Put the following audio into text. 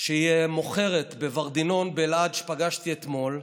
שהיא מוכרת בוורדינון באלעד שפגשתי אתמול.